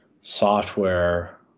software